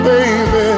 Baby